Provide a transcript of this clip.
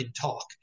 talk